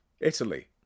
Italy